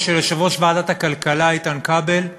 של יושב-ראש ועדת הכלכלה איתן כבל,